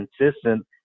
consistent